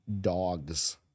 dogs